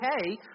okay